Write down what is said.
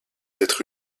être